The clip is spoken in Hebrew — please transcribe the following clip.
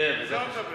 וגם, כן, בעזרת השם.